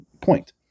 point